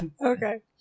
Okay